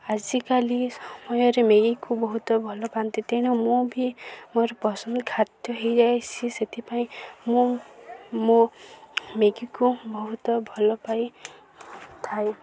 ଆଜିକାଲି ସମୟରେ ମ୍ୟାଗିକୁ ବହୁତ ଭଲ ପାଆନ୍ତି ତେଣୁ ମୁଁ ବି ମୋର ପସନ୍ଦ ଖାଦ୍ୟ ହୋଇଯାଏ ସିଏ ସେଥିପାଇଁ ମୁଁ ମୋ ମ୍ୟାଗିକୁ ବହୁତ ଭଲ ପାଇଥାଏ